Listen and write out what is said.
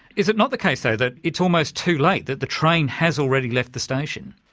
is it not the case though that it's almost too late, that the train has already left the station?